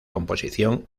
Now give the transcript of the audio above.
composición